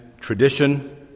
tradition